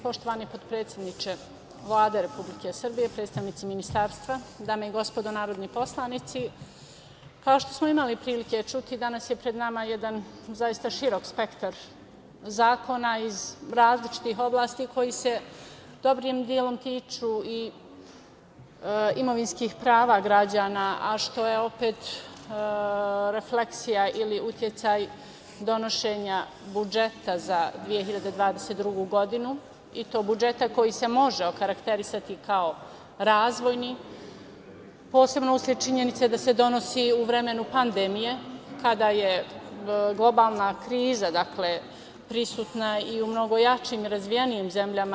Poštovani potpredsedniče Vlade Republike Srbije, predstavnici Ministarstva, dame i gospodo narodni poslanici, kao što smo imali prilike čuti, danas je pred nama jedan zaista širok spektar zakona iz različitih oblasti koji se dobrim delom tiču i imovinskih prava građana, a što je opet refleksija ili uticaj donošenja budžeta za 2022. godinu, i to budžeta koji se može okarakterisati kao razvojni, posebno usled činjenice da se donosi u vreme pandemije, kada je globalna kriza prisutna i u mnogo jačim i razvijenijim zemljama.